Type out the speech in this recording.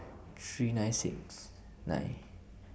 three nine six nine